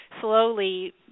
slowly